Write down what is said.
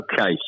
Okay